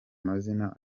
mazina